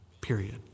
Period